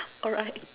alright